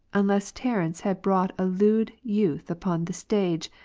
unless terence had brought a lewd youth upon the stage,